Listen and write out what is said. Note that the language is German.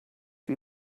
wie